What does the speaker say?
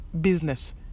business